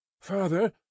Father